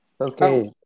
Okay